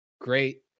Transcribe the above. great